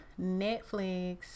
Netflix